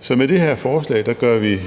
Så med det her forslag gør vi